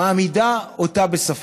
הן מעמידות אותה בספק.